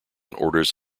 orders